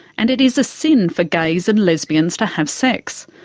and it is a sin for gays and lesbians to have sex.